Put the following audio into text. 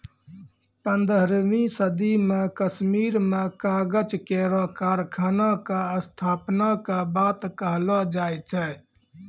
पन्द्रहवीं सदी म कश्मीर में कागज केरो कारखाना क स्थापना के बात कहलो जाय छै